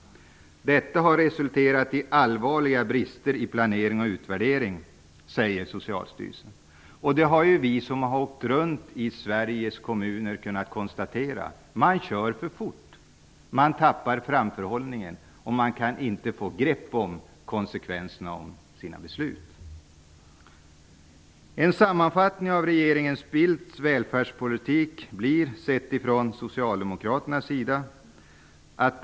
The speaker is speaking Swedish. Detta har resulterat i allvarliga brister i planering och utvärdering. Det har vi som har åkt runt i Sveriges kommuner kunnat konstatera. Det går för fort, och framförhållningen minskar. Det går inte att få grepp om konsekvenserna av besluten. En sammanfattning av regeringen Bildts välfärdspolitik sett ur socialdemokratisk synvinkel blir följande.